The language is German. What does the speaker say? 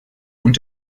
und